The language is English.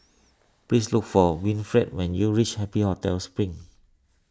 please look for Winfred when you reach Happy Hotel Spring